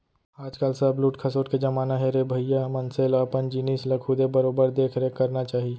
आज काल सब लूट खसोट के जमाना हे रे भइया मनसे ल अपन जिनिस ल खुदे बरोबर देख रेख करना चाही